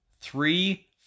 three